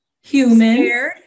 human